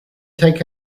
take